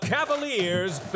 Cavaliers